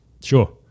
Sure